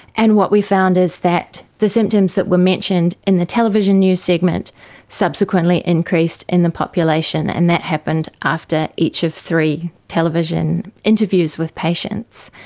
and what we found is that the symptoms that were mentioned in the television news segment subsequently increased in the population, and that happened after each of three television interviews with patients.